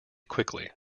quickly